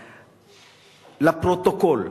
לפרוטוקול,